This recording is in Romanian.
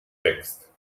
text